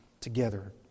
together